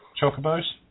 Chocobos